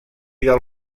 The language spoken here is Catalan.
del